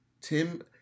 tim